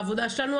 העבודה שלנו,